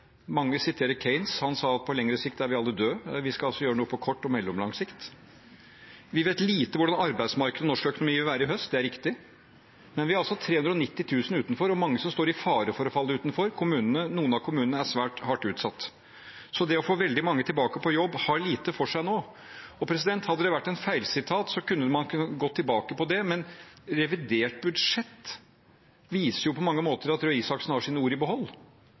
Mange siterer Keynes, han sa at på lengre sikt er vi alle døde. Vi skal altså gjøre noe på kort og mellomlang sikt. Vi vet lite om hvordan arbeidsmarkedet i norsk økonomi vil være i høst – det er riktig, men vi har altså 390 000 utenfor, og mange som står i fare for å falle utenfor. Noen av kommunene er svært hardt utsatt. «Det å få veldig mange tilbake på jobb har lite for seg nå.» Hadde det vært et feilsitat, kunne man gått tilbake på det, men revidert budsjett viser på mange måter at Røe Isaksen har sine ord i behold.